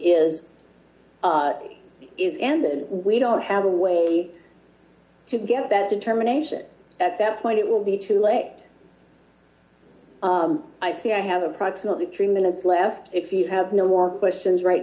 is is and we don't have a way to get that determination at that point it will be too late i see i have approximately three minutes left if you have no more questions right